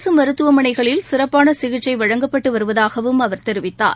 அரசு மருத்துவமனைகளில் சிறப்பான சிகிச்சை வழங்கப்பட்டு வருவதாகவும் அவர் தெரிவித்தார்